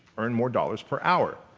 earn more dollars per hour.